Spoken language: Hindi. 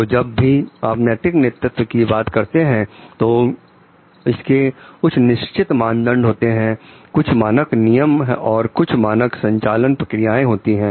तो जब भी आप नैतिक नेतृत्व की बात करते हैं तो इसके कुछ निश्चित मानदंड होते हैं कुछ मानक नियम और कुछ मानक संचालन प्रक्रियाएं होती हैं